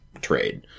trade